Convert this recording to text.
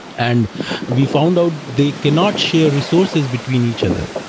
and we found out they cannot share resources between each other,